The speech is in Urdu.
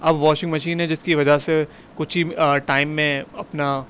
اب واشنگ مشین ہے جس کی وجہ سے کچھ ہی ٹائم میں اپنا